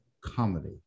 comedy